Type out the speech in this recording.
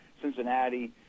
Cincinnati